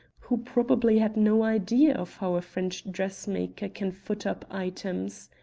who probably had no idea of how a french dressmaker can foot up items.